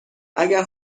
اگر